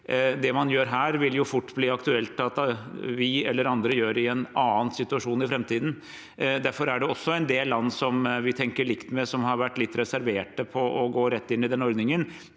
det man gjør her, vil det fort bli aktuelt at vi eller andre gjør i en annen situasjon i framtiden. Derfor er det også en del land som vi tenker likt med, som har vært litt reserverte mot å gå rett inn i den ordningen,